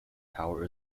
tower